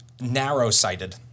Narrow-sighted